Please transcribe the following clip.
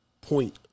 point